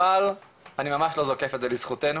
אבל אני ממש לא זוקף את זה לזכותנו